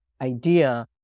idea